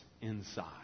inside